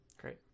Great